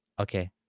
Okay